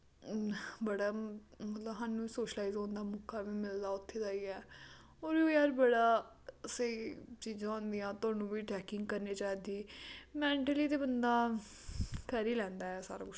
बड़ा मतलव साह्नू सोशलाइज होन दा मौका वी मिलदा उत्थे जाइयै और जार बड़ा स्हेई चीजां होंदियां थोआनू वी ट्रैकिंग करनी चाहिदी मैंटली ते बंदा करी लैंदा ऐ सारा कुछ